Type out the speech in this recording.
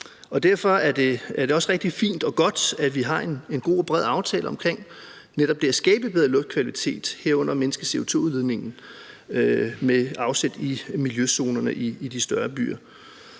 derfor er det også rigtig fint og godt, at vi har en god og bred aftale omkring netop det at skabe bedre luftkvalitet, herunder mindske CO₂-udledningen, med afsæt i miljøzonerne i de større byer.